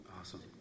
Awesome